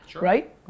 right